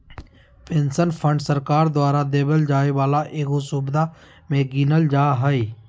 pension fund सरकार द्वारा देवल जाय वाला एगो सुविधा मे गीनल जा हय